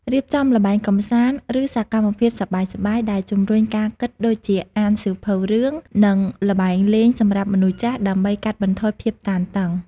រៀបចំល្បែងកំសាន្ត ឬសកម្មភាពសប្បាយៗដែលជំរុញការគិតដូចជាអានសៀវភៅរឿង និងល្បែងលេងសម្រាប់មនុស្សចាស់ដើម្បីកាត់បន្ថយភាពតានតឹង។